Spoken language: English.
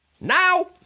now